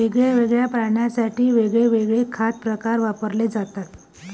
वेगवेगळ्या प्राण्यांसाठी वेगवेगळे खाद्य प्रकार वापरले जातात